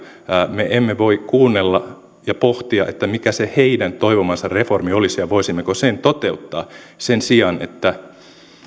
me emme voi kuunnella ja pohtia mikä se heidän toivomansa reformi olisi ja voisimmeko sen toteuttaa sen sijaan että